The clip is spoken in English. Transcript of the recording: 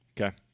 Okay